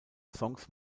songs